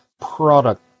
product